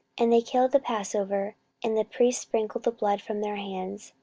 and they killed the passover, and the priests sprinkled the blood from their hands,